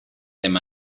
them